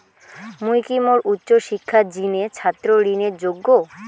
মুই কি মোর উচ্চ শিক্ষার জিনে ছাত্র ঋণের যোগ্য?